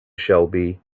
shelby